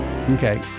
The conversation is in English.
Okay